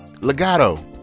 Legato